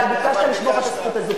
אבל ביקשת לשמור לך את הזכות הזאת,